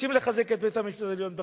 רוצים לחזק את בית-המשפט העליון,